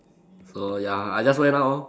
so ya I just went out lor